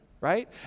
right